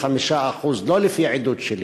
95% לא לפי עדות שלי,